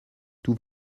tout